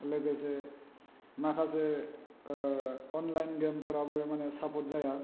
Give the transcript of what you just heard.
लोगोसे माखासे online game फोराबो माने साफर्द जाया